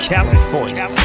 California